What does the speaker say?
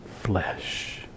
flesh